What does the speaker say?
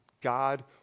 God